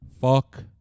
Fuck